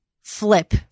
flip